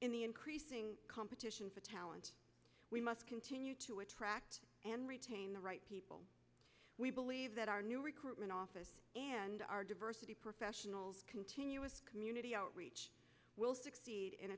in the increasing competition for talent we must continue to attract and retain the right people we believe that our new recruitment office and our diversity professionals continuous community outreach will succeed